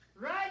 Right